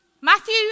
Matthew